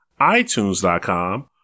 iTunes.com